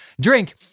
drink